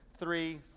three